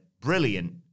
brilliant